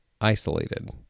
isolated